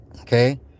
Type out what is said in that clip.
okay